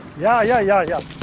yeah, yeah, yeah, yeah.